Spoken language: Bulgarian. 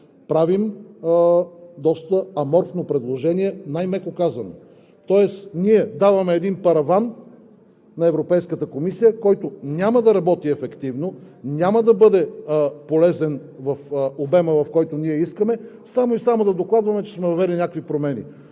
правим доста аморфно предложение, най-меко казано. Тоест даваме параван на Европейската комисия, който няма да работи ефективно, няма да бъде полезен в обема, в който ние искаме, само и само да можем да докладваме, че сме въвели някакви промени.